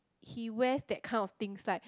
he wears that kind of things like